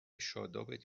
شادابت